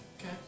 Okay